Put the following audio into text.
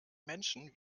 menschen